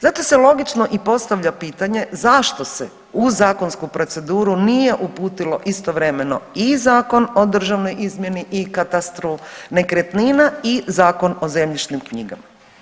Zato se logično i postavlja pitanje zašto se u zakonsku proceduru nije uputilo istovremeno i Zakon o državnoj izmjeri i katastru nekretnina i Zakon o zemljišnim knjigama.